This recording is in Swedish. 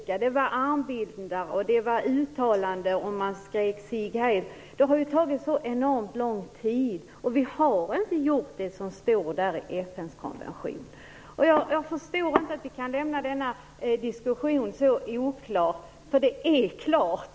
Det har varit armbindlar och det har varit uttalanden och man har skrikit Sieg Heil. Det har tagit så enormt lång tid, och vi har inte gjort det som står i FN:s konvention. Jag förstår inte att vi kan lämna denna diskussion så oklar, för detta är klart!